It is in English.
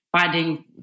finding